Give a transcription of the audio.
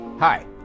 Hi